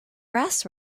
brass